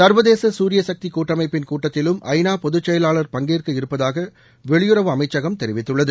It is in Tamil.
சர்வதேச சூரியசக்தி கூட்டமைப்பின் கூட்டத்திலும் ஐநா பொதுச்செயலாளர் பங்கேற்க இருப்பதாக வெளியுறவு அமைச்சகம் தெரிவித்துள்ளது